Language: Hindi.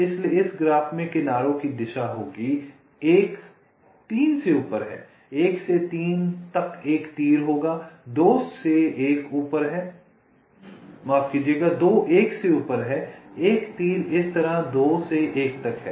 इसलिए इस ग्राफ में किनारों की दिशा होगी 1 3 से ऊपर है 1 से 3 तक एक तीर होगा 2 1 से ऊपर है एक तीर इस तरह 2 से 1 तक है